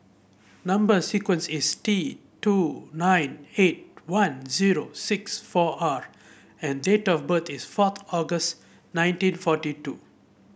number sequence is T two nine eight one zero six four R and date of birth is fourth August nineteen forty two